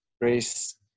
grace